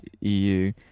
EU